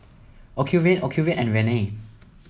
Ocuvite Ocuvite and Rene